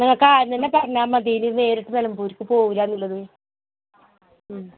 നിങ്ങൾക്കാദ്യം തന്നെ പറഞ്ഞാൽ മതീനു ഇത് നേരിട്ട് നിലമ്പൂരിക്ക് പോവില്ലാന്നുള്ളത്